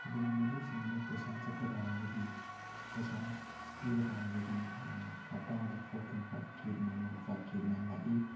ꯑꯗꯨꯅ ꯃꯗꯨꯁꯤꯡ ꯑꯗꯨ ꯄꯩꯁꯥ ꯆꯠꯄ ꯇꯥꯔꯒꯗꯤ ꯄꯩꯁꯥ ꯄꯤꯕ ꯇꯥꯔꯒꯗꯤ ꯍꯞꯇꯥꯗ ꯐꯣꯔ ꯄꯣꯏꯟ ꯐꯥꯏꯚ ꯀꯦ ꯑꯗꯨꯃꯥꯏꯅ ꯐꯥꯏꯚ ꯀꯦ ꯑꯗꯨꯃꯥꯏꯅ ꯂꯥꯛꯏ